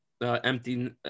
empty